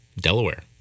delaware